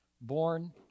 born